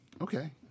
Okay